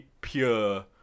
pure